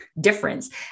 difference